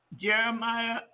Jeremiah